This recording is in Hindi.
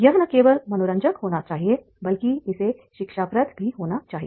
यह न केवल मनोरंजक होना चाहिए बल्कि इसे शिक्षाप्रद भी होना चाहिए